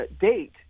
date